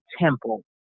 temple